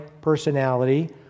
personality